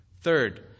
Third